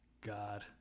God